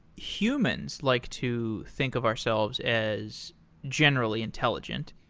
humans like to think of ourselves as generally intelligent,